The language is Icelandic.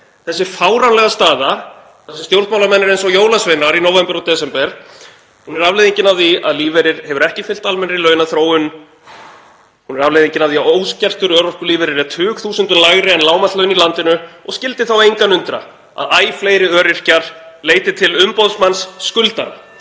Þessi fáránlega staða þar sem stjórnmálamenn eru eins og jólasveinar í nóvember og desember er afleiðingin af því að lífeyrir hefur ekki fylgt almennri launaþróun. Hún er afleiðingin af því að óskertur örorkulífeyrir er tugþúsundum lægri en lágmarkslaun í landinu og skyldi þá engan undra að æ fleiri öryrkjar leiti til umboðsmanns skuldara,